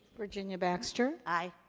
virginia baxter. aye.